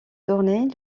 tournée